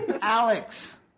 Alex